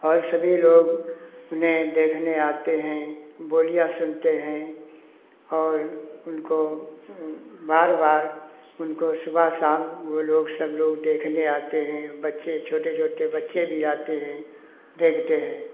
और सभी लोग उन्हें देखने आते हैं बोलियाँ सुनते हैं और उनको ओ बार बार उनको सुबह शाम वो लोग सब लोग देखने आते हैं बच्चे छोटे छोटे बच्चे भी आते हैं देखते हैं